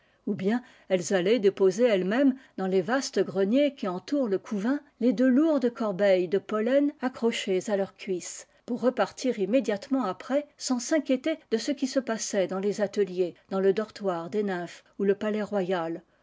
ou bien elles allaient déposer ellesmêmes dans les vastes greniers qui entourent le couvain les deux lourdes corbeilles de pollen accrochées à leurs cuisses pour repartir immédiatement après sans s'inquiéter de ce qui se passait dans les ateliers dans le dortoir des nymphes ou le palais